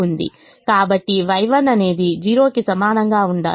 కాబట్టి Y1 అనేది 0 కి సమానంగా ఉండాలి